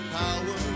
power